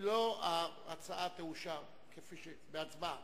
אם לא, ההצעה תאושר בהצבעה.